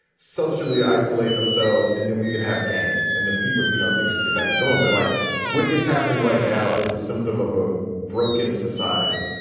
socially, isolate themselves. and then we could have games. and then people, you know, things could get back to going. but like what is happening right now is a symptom of a broken society.